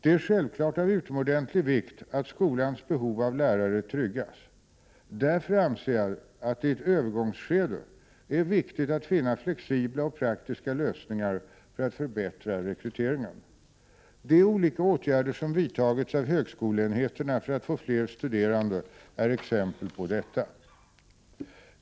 Det är självklart av utomordentlig vikt att skolans behov av lärare tryggas. Därför anser jag att det i ett övergångsskede är viktigt att finna flexibla och praktiska lösningar för att förbättra rekryteringen. De olika åtgärder som vidtagits av högskoleenheterna för att få fler studerande är exempel på detta.